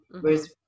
Whereas